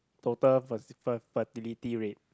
total ferti~ fer~ fertility rate